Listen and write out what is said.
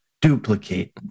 Duplicate